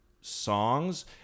songs